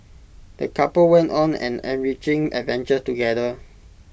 the couple went on an enriching adventure together